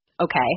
Okay